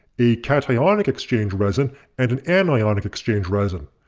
a cationic exchange resin and an and anionic exchange resin.